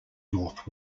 north